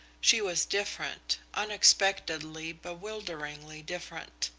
she was different unexpectedly, bewilderingly different.